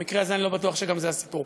במקרה הזה אני לא בטוח שגם זה הסיפור.